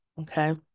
Okay